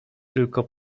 tylko